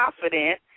confident